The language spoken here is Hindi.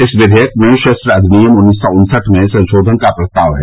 इस विधेयक में शस्त्र अधिनियम उन्नीस सौ उनसठ में संशोधन का प्रस्ताव है